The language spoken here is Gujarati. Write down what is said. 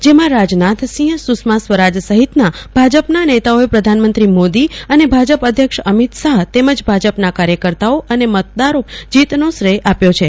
જેમાં રાજનાથસિંહ સુષ્મા સ્વરાજ સહિતના ભાજપના નેતાઓએ પ્રધાનમંત્રો મોદો અને ભાજપ અધ્યક્ષ અમિત શાહ તમજ ભાજપના કાર્યકર્તાઓને જીતનો શ્રય આપ્યો છે